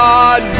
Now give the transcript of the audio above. God